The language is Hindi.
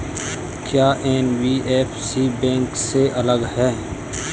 क्या एन.बी.एफ.सी बैंक से अलग है?